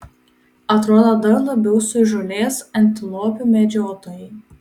atrodo dar labiau suįžūlės antilopių medžiotojai